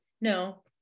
no